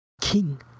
King